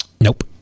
Nope